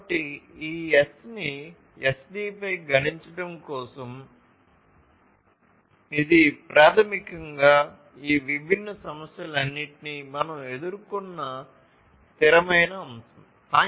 కాబట్టి ఈ S ని SD పై గణించడం కోసం ఇది ప్రాథమికంగా ఈ విభిన్న సమస్యలన్నింటినీ మనం ఎదుర్కొన్న స్థిరమైన అంశం